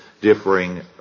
differing